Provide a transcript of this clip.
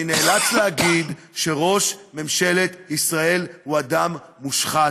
ואני נאלץ להגיד שראש ממשלת ישראל הוא אדם מושחת,